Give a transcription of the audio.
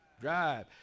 drive